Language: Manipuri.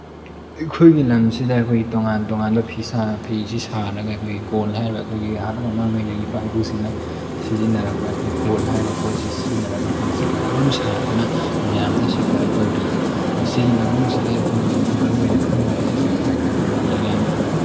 ꯑꯩꯈꯣꯏꯒꯤ ꯂꯝꯁꯤꯗ ꯑꯩꯈꯣꯏꯒꯤ ꯇꯣꯡꯉꯥꯟ ꯇꯣꯡꯉꯥꯟꯕ ꯐꯤꯁꯥ ꯐꯤꯁꯤ ꯁꯥꯔꯒ ꯑꯩꯈꯣꯏꯒꯤ ꯀꯣꯟ ꯍꯥꯏꯔꯤꯕ ꯑꯩꯈꯣꯏꯒꯤ ꯍꯥꯟꯅ ꯃꯃꯥꯡꯉꯩꯗꯒꯤ ꯏꯄꯥ ꯏꯄꯨꯁꯤꯡꯅ ꯁꯤꯖꯤꯟꯅꯔꯛꯄ ꯑꯩꯈꯣꯏꯒꯤ ꯀꯣꯟ ꯍꯥꯏꯔꯤꯕ ꯄꯣꯠꯁꯤ ꯁꯤꯖꯤꯟꯅꯔꯒ ꯐꯤꯁꯤ ꯀꯌꯥꯃꯔꯣꯝ ꯁꯥꯗꯅ ꯃꯌꯥꯝꯗ ꯁꯄ꯭ꯂꯥꯏ ꯇꯧꯔꯤꯕ ꯑꯗꯣ ꯁꯤꯒꯤ ꯃꯅꯨꯡꯁꯤꯗ ꯑꯩꯈꯣꯏꯒꯤ ꯌꯥꯝꯅ ꯃꯔꯨ ꯑꯣꯏꯅ ꯈꯪꯅꯔꯤꯁꯤ ꯀꯔꯤꯅꯣ ꯍꯥꯏꯔꯀꯥꯟꯗ ꯑꯩꯈꯣꯏ ꯂꯦꯡꯌꯥꯟ ꯐꯤ